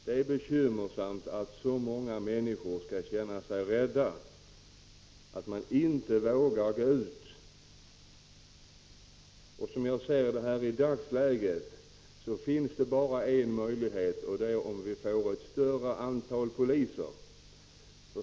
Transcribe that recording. Det är bekymmersamt att så många människor skall känna sig så rädda att de inte vågar gå ut. Som jag ser det finns det i dagsläget bara en möjlighet, och det är att vi får ett större antal poliser.